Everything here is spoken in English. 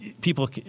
people